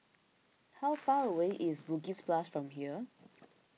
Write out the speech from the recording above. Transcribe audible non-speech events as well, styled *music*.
how far away is Bugis Plus from here *noise*